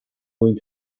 going